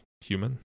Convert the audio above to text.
human